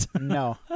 no